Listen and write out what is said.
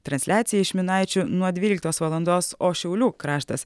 transliacija iš minaičių nuo dvyliktos valandos o šiaulių kraštas